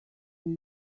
way